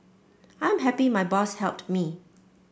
I'm happy my boss helped me